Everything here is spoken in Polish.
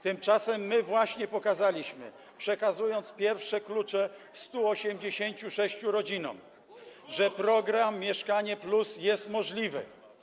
Tymczasem my właśnie pokazaliśmy, przekazując pierwsze klucze 186 rodzinom, że program „Mieszkanie+” jest możliwy.